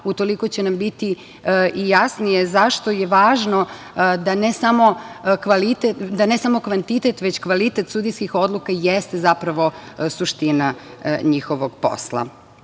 u toliko će nam biti i jasnije zašto je važno da ne samo kvantitet, već kvalitet sudijskih odluka jeste zapravo suština njihovog posla. Kao